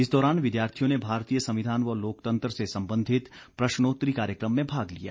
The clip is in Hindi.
इस दौरान विद्यार्थियों ने भारतीय संविधान व लोकतंत्र से संबंधित प्रश्नोत्री कार्यकम में भाग लिया